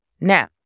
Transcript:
Now